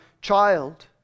child